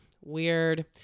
weird